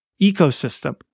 ecosystem